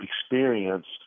experienced